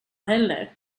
heller